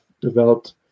developed